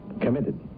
committed